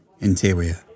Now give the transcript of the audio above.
Interior